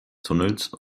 tunnels